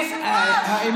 תתנהג כמו יושב-ראש.